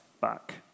back